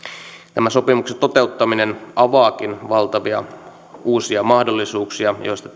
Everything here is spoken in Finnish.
tämän sopimuksen toteuttaminen avaakin valtavia uusia mahdollisuuksia joista